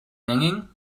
hanging